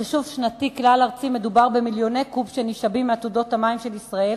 בחישוב שנתי כלל-ארצי מדובר במיליוני קוב שנשאבים מעתודות המים של ישראל